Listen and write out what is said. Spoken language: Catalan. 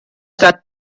estat